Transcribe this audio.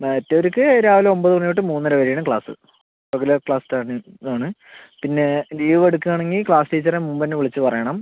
മറ്റുള്ളവർക്ക് രാവിലെ ഒൻപത് മണി തൊട്ട് മൂന്നര വരെയാണ് ക്ലാസ് റെഗുലർ ക്ലാസ് ആണ് ആണ് പിന്നെ ലീവ് എടുക്കുകയാണെങ്കിൽ ക്ലാസ് ടീച്ചറെ മുൻപു തന്നെ വിളിച്ച് പറയണം